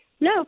No